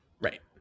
Right